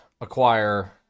acquire